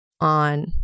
on